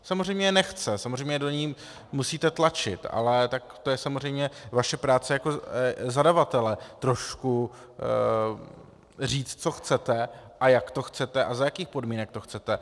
Samozřejmě nechce, samozřejmě do ní musíte tlačit, ale to je samozřejmě vaše práce jako zadavatele trošku říci, co chcete a jak to chcete a za jakých podmínek to chcete.